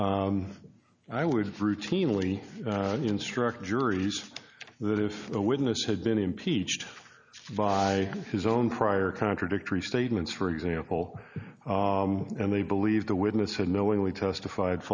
i would routinely instruct juries that if a witness had been impeached by his own prior contradictory statements for example and they believe the witness had knowingly testified